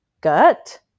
gut